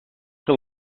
que